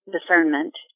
discernment